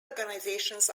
organizations